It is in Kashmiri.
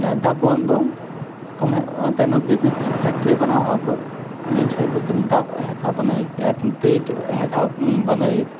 یا ڈَبہٕ وَنہٕ بہٕ تِم ٲں تَمیٛک بِزنیٚس سُہ فیٚکٹرٛی بناوہَا بہٕ ییٚمہِ سۭتۍ بہٕ تِم ڈَبہٕ ہیٚکہٕ ہا بنٲیِتھ یا تِم پیٹہِ ہیٚکہٕ ہا بنٲیِتھ